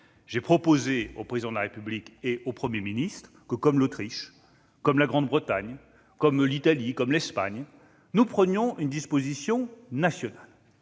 j'ai proposé au Président de la République et au Premier ministre que, comme l'Autriche, le Royaume-Uni, l'Italie ou l'Espagne, nous prenions une disposition nationale,